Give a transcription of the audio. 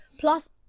Plus